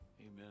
Amen